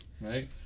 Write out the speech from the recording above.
right